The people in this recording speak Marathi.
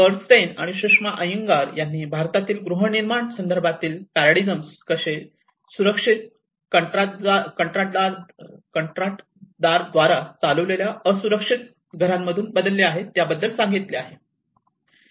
बर्नस्टेन आणि सुषमा अय्यंगार यांनी भारतातील गृहनिर्माण बांधकामातील पर्डिगम्स कसे सुरक्षित कंत्राटदार द्वारा चालविलेल्या असुरक्षित घरांमधून बदलले आहेत याबद्दल सांगितले आहे